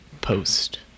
post